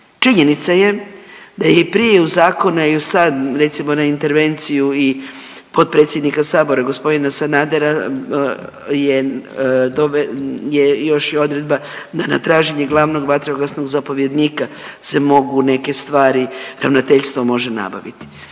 Činjenica je da je i prije u zakone i sad recimo na intervenciju i potpredsjednika sabora g. Sanadera je dove…, je još i odredba da na traženje glavnog vatrogasnog zapovjednika se mogu neke stvari, ravnateljstvo može nabaviti